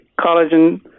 collagen